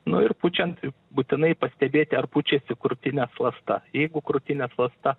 nu ir pučiant būtinai pastebėti ar pučiasi krūtinės ląsta jeigu krūtinės ląsta